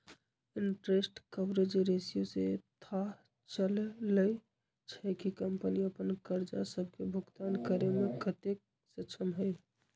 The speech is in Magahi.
इंटरेस्ट कवरेज रेशियो से थाह चललय छै कि कंपनी अप्पन करजा सभके भुगतान करेमें कतेक सक्षम हइ